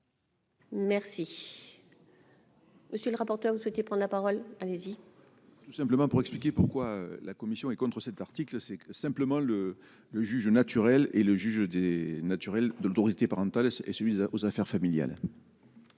Merci. Monsieur le rapporteur, vous souhaitez prendre la parole, allez-y. Tout simplement pour expliquer pourquoi la commission est contre cet article, c'est simplement le le juge naturel et le juge des naturel de l'autorité parentale et soumise aux affaires familiales.